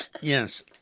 Yes